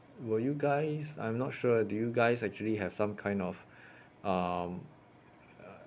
will you guys I'm not sure do you guys actually have some kind of um